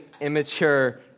immature